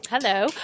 Hello